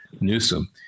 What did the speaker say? Newsom